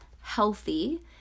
healthy